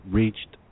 reached